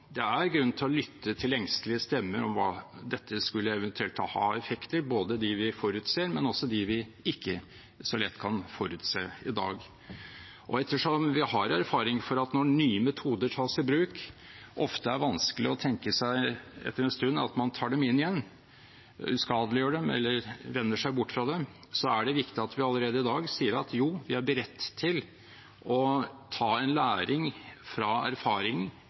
Det er grunn til å lytte til engstelige stemmer om hva dette eventuelt skulle ha av effekter, både dem vi forutser, og dem vi ikke så lett kan forutse i dag. Ettersom vi har erfaring fra at det når nye metoder tas i bruk, ofte er vanskelig etter en stund å tenke seg at man tar dem inn igjen, uskadeliggjør dem eller vender seg bort fra dem, er det viktig at vi allerede i dag sier at – jo, vi hadde rett til å ta en læring fra erfaring